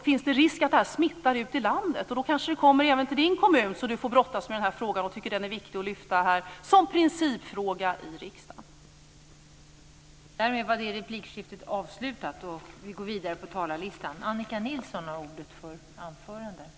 Men om det här kommer även till Lennart Kollmats hemkommun, så att han själv får brottas med frågan, kanske också han finner det viktigt att lyfta fram det som principfråga här i riksdagen.